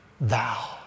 Thou